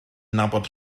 nabod